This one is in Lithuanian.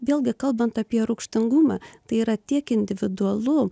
vėlgi kalbant apie rūgštingumą tai yra tiek individualu